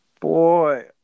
boy